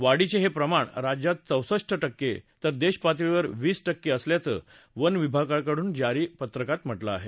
वाढीचे हे प्रमाण राज्यात चौसष्ट टक्के तर देशपातळीवर वीस टक्के असल्याचं वनविभागाकडून जारी पत्रकात म्हटलं आहे